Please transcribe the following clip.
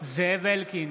זאב אלקין,